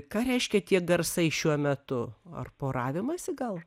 ką reiškia tie garsai šiuo metu ar poravimąsi gal